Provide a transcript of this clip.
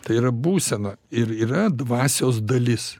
tai yra būsena ir yra dvasios dalis